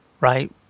right